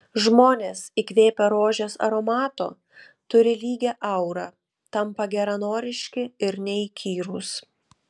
žmonės įkvėpę rožės aromato turi lygią aurą tampa geranoriški ir neįkyrūs